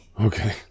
Okay